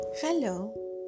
Hello